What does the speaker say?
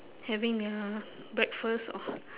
having their breakfast or